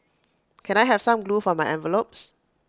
can I have some glue for my envelopes